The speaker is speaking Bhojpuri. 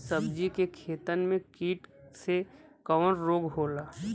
सब्जी के खेतन में कीट से कवन रोग होला?